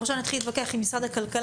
לא נתחיל עכשיו להתווכח עם משרד הכלכלה,